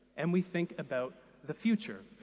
and we think about the future.